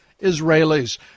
Israelis